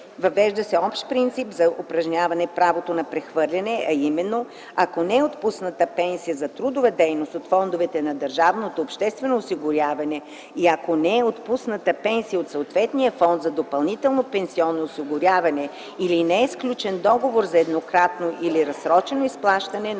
Въвежда се общ принцип за упражняване правото на прехвърляне, а именно ако не е отпусната пенсия за трудова дейност от фондовете на държавното обществено осигуряване и ако не е отпусната пенсия от съответния фонд за допълнително пенсионно осигуряване или не е сключен договор за еднократно или разсрочено изплащане на натрупаните